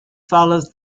follows